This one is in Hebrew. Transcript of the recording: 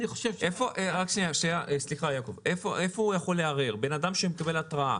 איפה הוא יכול לערער, בן אדם שמקבל התראה?